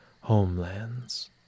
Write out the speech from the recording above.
homelands